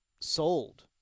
sold